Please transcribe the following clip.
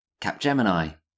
Capgemini